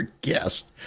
guest